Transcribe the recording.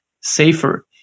safer